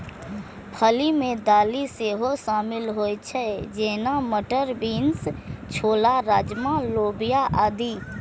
फली मे दालि सेहो शामिल होइ छै, जेना, मटर, बीन्स, छोला, राजमा, लोबिया आदि